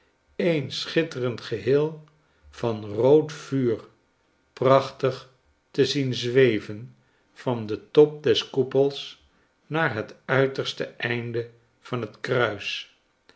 een schitterend geheel van rood vuur prachtig te zien zweven van den top des koepels naar het uiterste einde van het kruis